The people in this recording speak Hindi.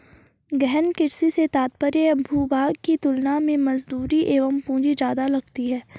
गहन कृषि से तात्पर्य भूभाग की तुलना में मजदूरी एवं पूंजी ज्यादा लगती है